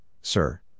sir